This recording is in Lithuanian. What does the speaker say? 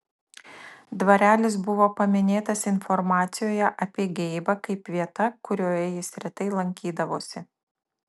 dvarelis buvo paminėtas informacijoje apie geibą kaip vieta kurioje jis retai lankydavosi